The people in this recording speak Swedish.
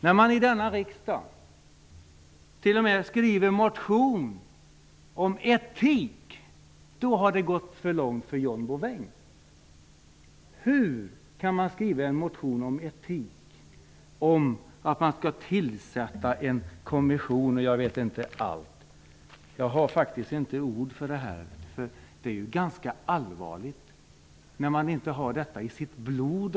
När man i denna riksdag t.o.m. skriver motioner om etik har det gått för långt för John Bouvin. Hur kan man skriva en motion om etik och om att man skall tillsätta en kommission? Jag finner faktiskt inte ord för det här. Det är ganska allvarligt att man inte redan har detta i sitt blod.